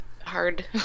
hard